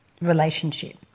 relationship